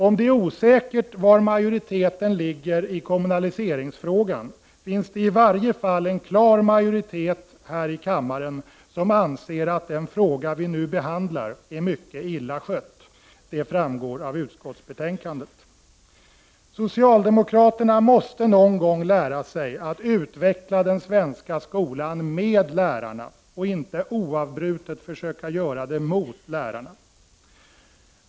Om det är osäkert var majoriteten ligger i kommunaliseringsfrågan, finns det i varje fall en klar majoritet här i kammaren som anser att den fråga vi nu behandlar är mycket illa skött. Det framgår av utskottsbetänkandet. Socialdemokraterna måste någon gång lära sig att utveckla den svenska skolan med lärarna, och inte oavbrutet försöka göra det mot lärarna.